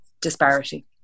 disparity